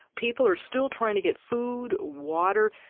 people are still trying to get food, water,